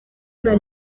nta